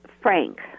frank